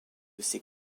ces